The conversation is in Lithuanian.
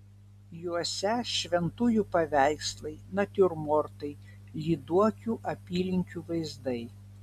juose šventųjų paveikslai natiurmortai lyduokių apylinkių vaizdai